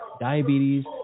diabetes